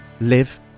live